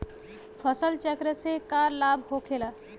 फसल चक्र से का लाभ होखेला?